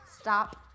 stop